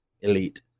elite